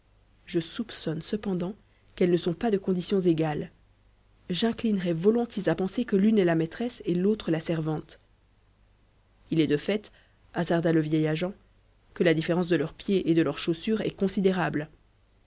je soupçonne cependant qu'elles ne sont pas de conditions égales j'inclinerais volontiers à penser que l'une est la maîtresse et l'autre la servante il est de fait hasarda le vieil agent que la différence de leurs pieds et de leurs chaussures est considérable